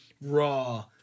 raw